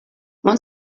one